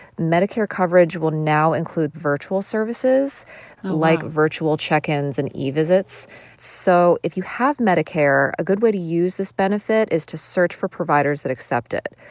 medicare coverage will now include virtual services like virtual check-ins and e-visits so if you have medicare, a good way to use this benefit is to search for providers that accept it.